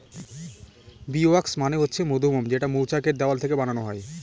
bee wax মানে হচ্ছে মধুমোম যেটা মৌচাক এর দেওয়াল থেকে বানানো হয়